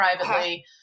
privately